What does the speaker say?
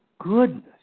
goodness